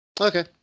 Okay